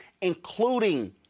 including